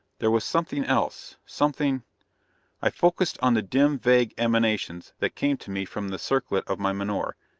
there was something else, something i focused on the dim, vague emanations that came to me from the circlet of my menore,